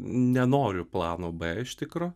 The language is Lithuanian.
nenoriu plano b iš tikro